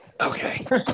Okay